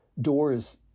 doors